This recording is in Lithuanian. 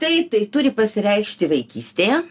tai tai turi pasireikšti vaikystėje